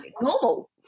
normal